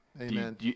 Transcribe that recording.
Amen